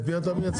את מי אתה מייצג?